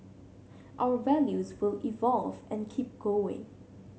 our values will evolve and keep going